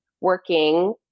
working